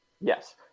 Yes